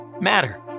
Matter